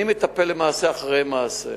אני מטפל למעשה אחרי מעשה.